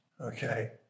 Okay